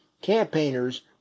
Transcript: campaigners